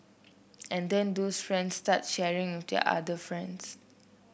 and then those friends start sharing with their other friends